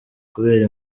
kubera